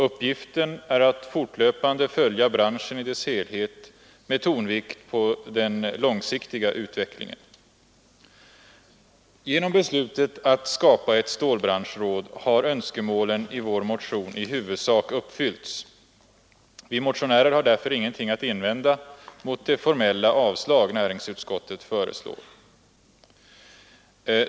Uppgiften är att fortlöpande följa branschen i dess helhet med tonvikt på den långsiktiga utvecklingen. Genom beslutet att skapa ett stålbranschråd har önskemålen i vår motion i huvudsak uppfyllts. Vi motionärer har därför ingenting att invända mot det formella avslag på motionen som näringsutskottet föreslår.